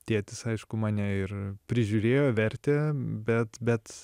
tėtis aišku mane ir prižiūrėjo vertė bet bet